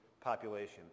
population